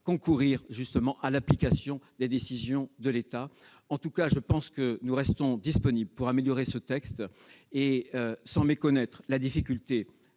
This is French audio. concourir à l'application des décisions de l'État. En tout cas, comme je l'ai dit, nous restons disponibles pour améliorer ce texte. Sans méconnaître la difficulté